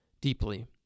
deeply